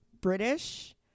British